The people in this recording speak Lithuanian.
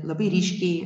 labai ryškiai